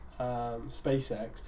SpaceX